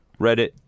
Reddit